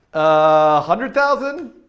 ah hundred thousand?